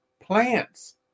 plants